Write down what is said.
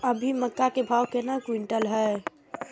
अभी मक्का के भाव केना क्विंटल हय?